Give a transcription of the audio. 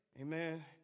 amen